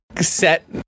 set